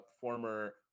former